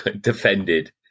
defended